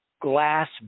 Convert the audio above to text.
glass